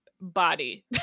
body